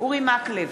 אורי מקלב,